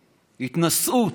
התנשאות,